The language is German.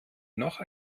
noch